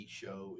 show